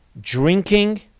drinking